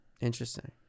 Interesting